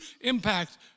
impact